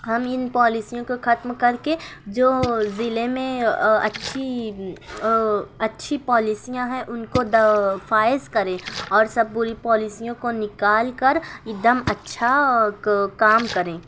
ہم ان پالیسیوں کو ختم کر کے جو ضلعے میں اچھی اچھی پالیسیاں ہیں ان کو دا فائز کریں اور سب بری پالیسیوں کو نکال کر ایک دم اچھا کام کریں